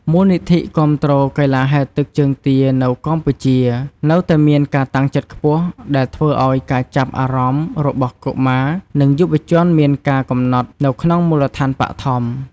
មូលនិធិគាំទ្រកីឡាហែលទឹកជើងទានៅកម្ពុជា នៅតែមានការតាំងចិត្តខ្ពស់ ដែលធ្វើឱ្យការចាប់អារម្មណ៍របស់កុមារនិងយុវជនមានការកំណត់នៅក្នុងមូលដ្ឋានបឋម។